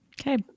Okay